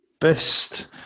best